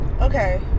Okay